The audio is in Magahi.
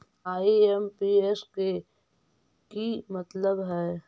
आई.एम.पी.एस के कि मतलब है?